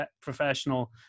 professional